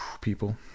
people